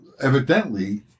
evidently